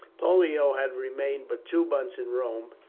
pollio had remained but two months in rome,